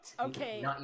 Okay